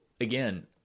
again